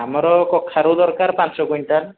ଆମର କଖାରୁ ଦରକାର ପାଞ୍ଚ କୁଇଣ୍ଟାଲ୍